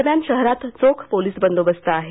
दरम्यान शहरात चोख पोलिस बंदोबस्त आहे